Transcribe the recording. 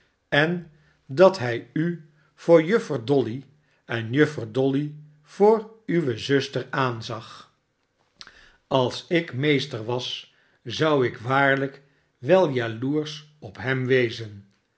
en dat hij u voor juffer dolly en juffer dolly voor uwe zuster aanzag nachtelijk bezoek als ik meester was zou ik waarlijk wel jaloersch op hem wezen